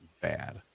bad